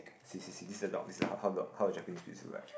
see see see this is the dog this is how how a Japanese Spitz look like